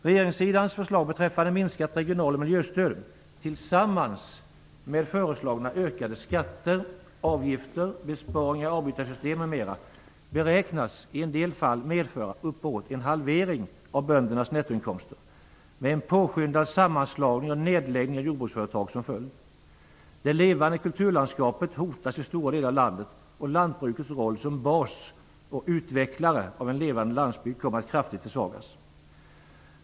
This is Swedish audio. Regeringssidans förslag beträffande minskat regional och miljöstöd tillsammans med föreslagna ökade skatter, avgifter, besparingar i avbytarsystemen m.m. beräknas i en del fall medföra uppemot en halvering av böndernas nettoinkomster med en påskyndad sammanslagning och nedläggning av jordbruksföretag som följd. Det levande kulturlandskapet hotas i stora delar av landet, och lantbrukets roll som bas och utvecklare av en levande landsbygd kommer kraftigt att försvagas.